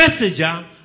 messenger